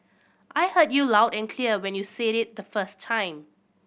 I heard you loud and clear when you said it the first time